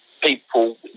people